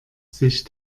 sich